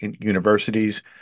universities